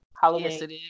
Halloween